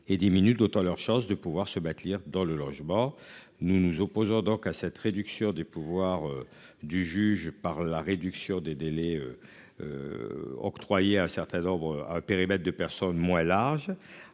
et diminue d'autant leur chance de pouvoir se battre lire dans le logement. Nous nous opposons donc à cette réduction des pouvoirs. Du juge par la réduction des délais. Octroyer à un certains nombres à périmètre de personnes moins large